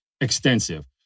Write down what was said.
extensive